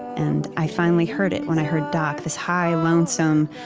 and i finally heard it when i heard doc this high, lonesome,